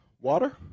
Water